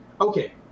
okay